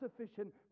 sufficient